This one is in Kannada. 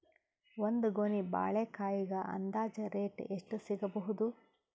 ಒಂದ್ ಗೊನಿ ಬಾಳೆಕಾಯಿಗ ಅಂದಾಜ ರೇಟ್ ಎಷ್ಟು ಸಿಗಬೋದ?